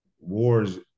wars